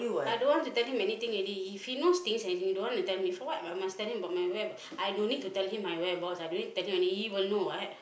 I don't want to tell him anything already if he knows things and you don't want to tell me for what I must tell him my about whereabouts I don't need to tell him my whereabouts I don't need to tell him and he will know what